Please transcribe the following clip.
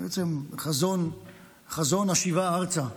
בעצם את חזון השיבה ארצה.